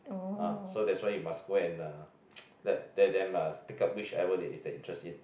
ah so that's why you must go and uh let let them uh pick up whichever they they interest in